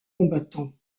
combattants